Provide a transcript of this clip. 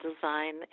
design